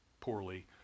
poorly